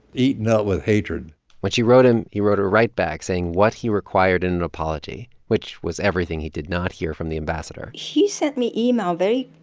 eaten up with hatred when she wrote him, he wrote her right back saying what he required in an apology, which was everything he did not hear from the ambassador he sent me email very